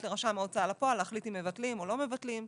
לרשם ההוצאה לפועל להחליט אם מבטלים או לא מבטלים.